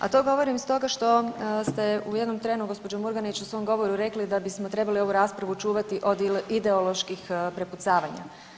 A to govorim iz toga što ste u jednom trenu gospođo Murganić u svom govoru rekli da bismo trebali ovu raspravu čuvati od ideoloških prepucavanja.